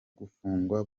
gufungwa